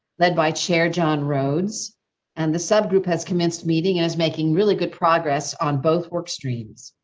led by chair, john rhodes and the sub group has convinced meeting and is making really good progress on both work streams.